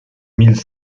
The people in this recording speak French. mille